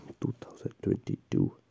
2022